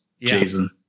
Jason